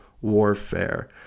warfare